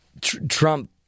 Trump